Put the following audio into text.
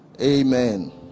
Amen